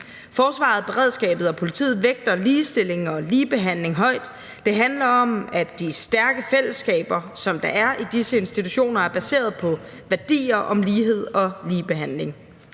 Forsvaret, beredskabet og politiet vægter ligestilling og ligebehandling højt. Det handler om, at de stærke fællesskaber, som der er i disse institutioner, er baseret på værdier om lighed og ligebehandling.